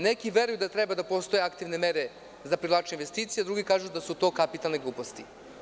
Neki veruju da treba da postoje aktivne mere za privlačenje investicija, drugi kažu da su to kapitalne gluposti.